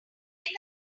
take